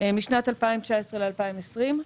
משנת 2019 לשנת 2020,